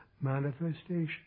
manifestation